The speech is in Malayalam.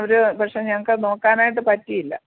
ഒരു പക്ഷെ ഞങ്ങൾക്കത് നോക്കാനായിട്ട് പറ്റിയില്ല